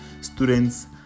students